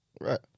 right